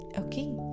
okay